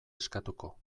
eskatuko